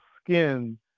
skin